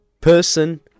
person